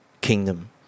kingdom